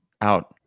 Out